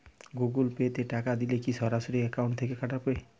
Google Pay তে টাকা দিলে কি সরাসরি অ্যাকাউন্ট থেকে টাকা কাটাবে?